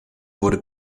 wurde